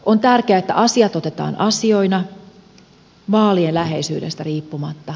on tärkeää että asiat otetaan asioina vaalien läheisyydestä riippumatta